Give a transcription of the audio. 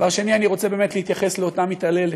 דבר שני, אני רוצה באמת להתייחס לאותה מתעללת.